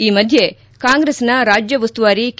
ಈ ಮಧ್ಯೆ ಕಾಂಗ್ರೆಸ್ನ ರಾಜ್ಯ ಉಸ್ತುವಾರಿ ಕೆ